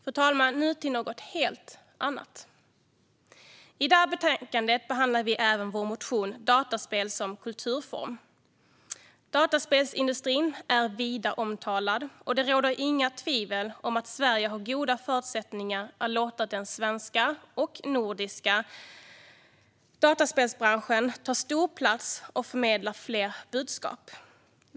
Fru talman! Nu till något helt annat. I betänkandet behandlas även vår motion Dataspel som kulturform . Dataspelsindustrin är vida omtalad, och det råder inget tvivel om att Sverige har goda förutsättningar att låta den svenska och nordiska dataspelsbranschen ta stor plats och förmedla fler budskap.